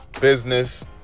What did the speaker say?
business